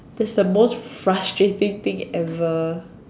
that's the most frustrating thing ever